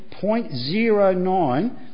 0.09